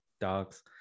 dogs